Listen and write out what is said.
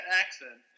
accent